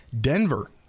Denver